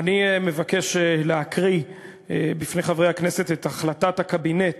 אני מבקש להקריא בפני חברי הכנסת את החלטת הקבינט